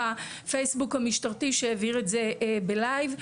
הפייסבוק המשטרתי שהעביר את זה בלייב.